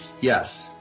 yes